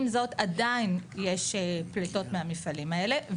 עם זאת, עדיין יש פלטות מהמפעלים האלה.